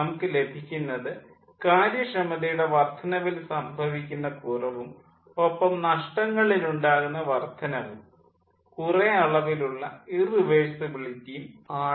നമുക്കു ലഭിക്കുന്നത് കാര്യക്ഷമതയുടെ വർദ്ധനവിൽ സംഭവിക്കുന്ന കുറവും ഒപ്പം നഷ്ടങ്ങളിലുണ്ടാക്കുന്ന വർദ്ധനവും കുറേ അളവിലുളള ഇർറിവേഴ്സിബിളിറ്റിയും ആണ്